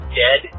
dead